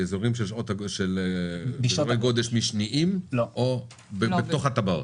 באזורים של שעות הגודש המשניות או בתוך הטבעות?